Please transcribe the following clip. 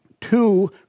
Two